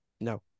No